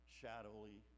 shadowy